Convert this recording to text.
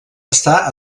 està